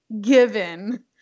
given